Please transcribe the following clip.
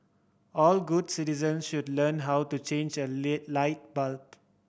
all good citizens should learn how to change a lit light bulb